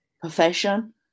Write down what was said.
profession